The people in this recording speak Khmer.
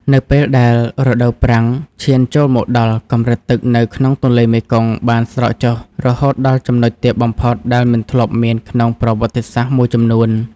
នៅពេលដែលរដូវប្រាំងឈានចូលមកដល់ កម្រិតទឹកនៅក្នុងទន្លេមេគង្គបានស្រកចុះរហូតដល់ចំណុចទាបបំផុតដែលមិនធ្លាប់មានក្នុងប្រវត្តិសាស្ត្រមួយចំនួន។